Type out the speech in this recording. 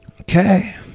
Okay